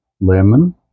lemon